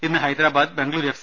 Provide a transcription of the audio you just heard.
ഇന്ന് ഹൈദരാബാദ് ബെംഗളുരു എഫ്